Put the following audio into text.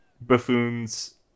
buffoons